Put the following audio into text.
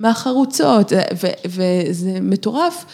‫מהחרוצות, וזה מטורף.